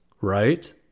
right